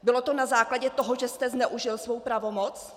Bylo to na základě toho, že jste zneužil svou pravomoc?